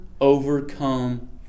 overcome